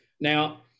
Now